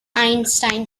einstein